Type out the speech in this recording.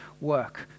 work